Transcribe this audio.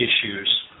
issues